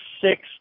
six